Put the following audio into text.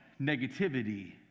negativity